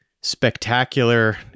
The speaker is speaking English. spectacular